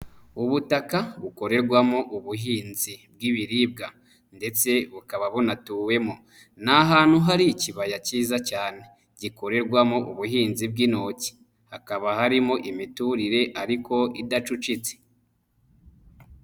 Ubutaka bukorerwamo ubuhinzi bw'ibiribwa ndetse bukaba bunatuwemo. Ni ahantu hari ikibaya kiza cyane gikorerwamo ubuhinzi bw'intoki. Hakaba harimo imiturire ariko idacucitse.